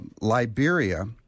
Liberia